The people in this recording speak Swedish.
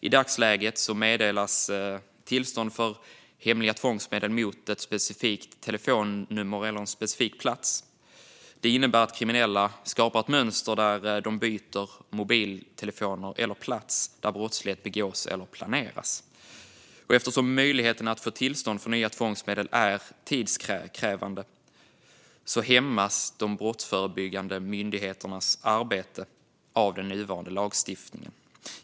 I dagsläget meddelas tillstånd för hemliga tvångsmedel mot ett specifikt telefonnummer eller en specifik plats. Det innebär att kriminella skapar ett mönster där de byter mobiltelefoner eller plats där brottslighet begås eller planeras. Eftersom möjligheten att få tillstånd för nya tvångsmedel är tidskrävande hämmas de brottsförebyggande myndigheternas arbete av den nuvarande lagstiftningen.